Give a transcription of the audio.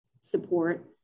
support